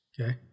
Okay